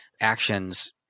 actions